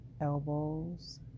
Elbows